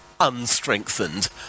unstrengthened